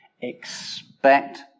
expect